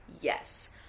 Yes